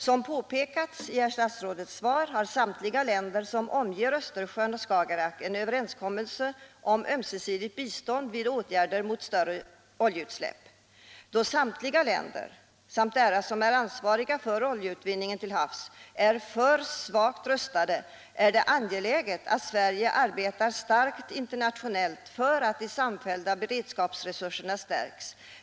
Som påpekats i herr statsrådets svar har samtliga länder som omger Östersjön och Skagerack en överenskommelse om ömsesidigt bistånd vid åtgärder mot större oljeutsläpp. Samtliga dessa länder liksom de företag som är ansvariga för oljeutvinningen till havs, är för svagt rustade. Det är därför angeläget att Sverige arbetar starkt internationellt för att de samfällda beredskapsresurserna skall stärkas.